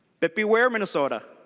but beware minnesota